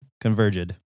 converged